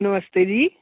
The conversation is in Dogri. नमस्ते जी